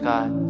God